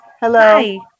Hello